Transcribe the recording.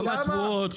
כמה התבואות?